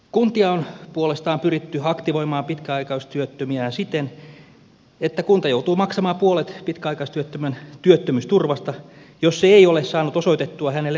kuntia on puolestaan pyritty kannustamaan pitkäaikaistyöttömien aktivointiin siten että kunta joutuu maksamaan puolet pitkäaikaistyöttömän työttömyysturvasta jos se ei ole saanut osoitettua hänelle aktiivitoimia